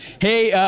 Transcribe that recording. hey,